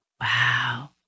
Wow